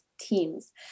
teams